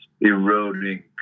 eroding